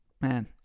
Man